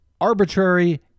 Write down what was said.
arbitrary